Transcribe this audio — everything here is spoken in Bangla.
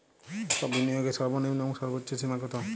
বিনিয়োগের সর্বনিম্ন এবং সর্বোচ্চ সীমা কত?